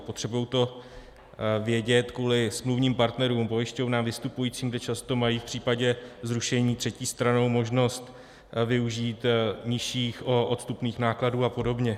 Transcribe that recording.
Potřebují to vědět kvůli smluvním partnerům, pojišťovnám, vystupujícím, kde často mají v případě zrušení třetí stranou možnost využít nižších odstupných nákladů a podobně.